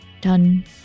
done